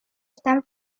están